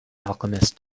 alchemist